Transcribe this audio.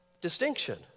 distinction